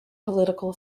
political